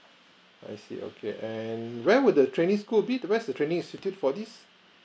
I see okay and where would the training could be the rest of the training institute for this